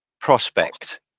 prospect